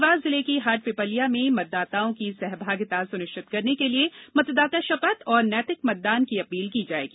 देवास जिर्ले की हाटपीपल्या में मतदाताओं की सहभागिता सुनिश्चित करने के लिए मतदाता शपथ और नैतिक मतदान की अपील की जाएगी